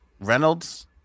Reynolds